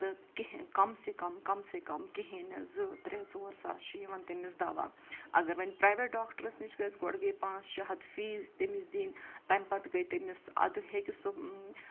تہٕ کِہی کَم سے کَم کَم سے کَم کِہیٖنۍ نہٕ زٕ ترٛےٚ ژور ساس چھُ یِوان تٔمِس دَوا اگر وۄنۍ پرٛایویٹ ڈاکٹرَس نِش گَژھِ گۄڈٕ گٔے پانٛژھ شےٚ ہَتھ فیٖس تٔمِس دِنۍ تَمہِ پَتہٕ گٔے تٔمِس اَدٕ ہیٚکہِ سُہ